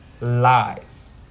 lies